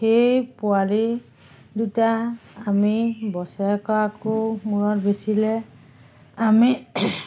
সেই পোৱালি দুটা আমি বছৰেকত আকৌ মূৰত বেচিলে আমি